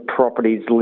properties